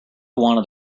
wanted